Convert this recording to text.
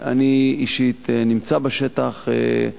אני אישית נמצא בשטח,